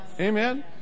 Amen